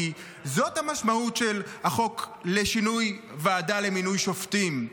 כי זאת המשמעות של החוק לשינוי הרכב הוועדה למינוי שופטים,